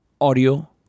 audio